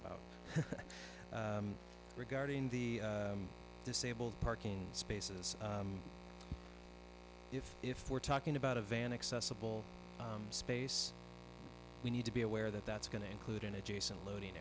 about regarding the disabled parking spaces if if we're talking about a van accessible space we need to be aware that that's going to include an adjacent loading